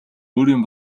өөрийн